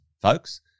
folks